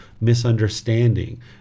misunderstanding